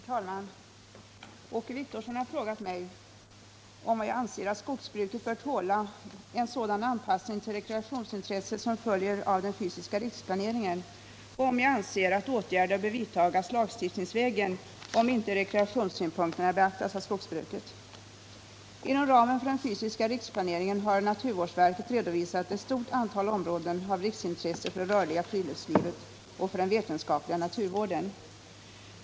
Herr talman! Åke Wictorsson har frågat mig om jag anser att skogsbruket bör tåla en sådan anpassning till rekreationsintresset som följer av den fysiska riksplaneringen och om jag anser att åtgärder bör vidtas lagstiftningsvägen, om inte rekreationssynpunkterna beaktas av skogsbruket. Inom ramen för den fysiska riksplaneringen har naturvårdsverket redovisat ett stort antal områden av riksintresse för det rörliga friluftslivet och för den vetenskapliga naturvården.